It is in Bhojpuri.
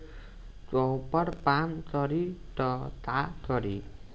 कॉपर पान करी त का करी?